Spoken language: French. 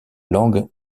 langue